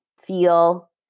feel